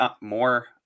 more